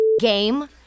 game